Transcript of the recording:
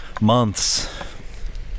months